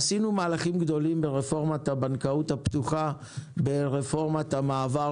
עשינו מהלכים גדולים ברפורמת הבנקאות הפתוחה ברפורמת המעבר